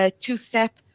two-step